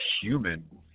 human